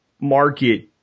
market